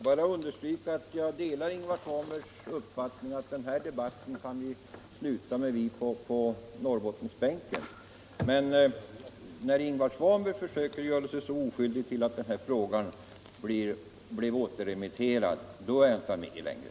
Fru talman! Jag delar Ingvar Svanbergs uppfattning, att vi på Norrlandsbänken kan avsluta den här debatten. Men när Ingvar Svanberg försöker bevisa att han inte har någon skuld till att den här frågan blev återremitterad är jag inte med längre.